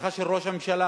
הבטחה של ראש הממשלה,